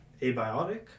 abiotic